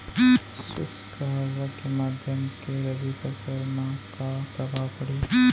शुष्क हवा के धान के रबि फसल मा का प्रभाव पड़ही?